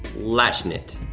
latchnit,